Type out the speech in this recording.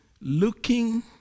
looking